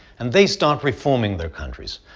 and they start reforming their countries,